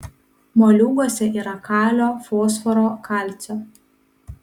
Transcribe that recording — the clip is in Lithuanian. moliūguose yra kalio fosforo kalcio